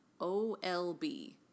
OLB